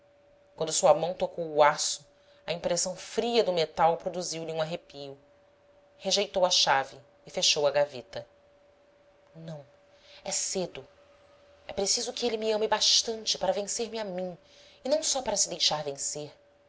quando sua mão tocou o aço a impressão fria do metal produziu lhe um arrepio rejeitou a chave e fechou a gaveta não é cedo é preciso que ele me ame bastante para vencer-me a mim e não só para se deixar vencer